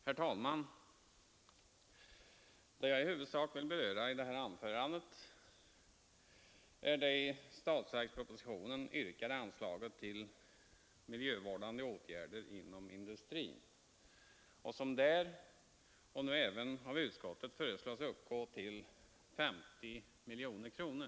Herr talman! Jag vill i detta anförande i huvudsak beröra det i statsverkspropositionen yrkade anslaget till miljövårdande åtgärder inom industrin, vilket — och detta tillstyrks nu av utskottet — föreslås uppgå till 50 miljoner kronor.